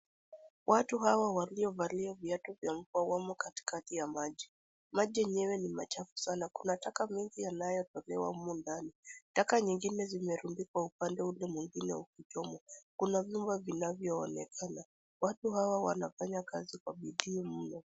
Watu hawa waliovalia viatu vya mvua wamo katikati ya maji. Maji yenyewe ni machafu sana. Kuna taka mingi yanayofagiwa humu ndani. Taka nyingine zimerundikwa upande ule mwingine zikichomwa. Kuna nyumba zinazoonekana. Watu hawa wanafanya kazi kwa bidii sana.